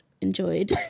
enjoyed